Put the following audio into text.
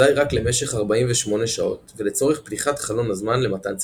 אזי רק למשך 48 שעות ולצורך פתיחת חלון הזמן למתן צלסטון.